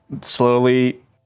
slowly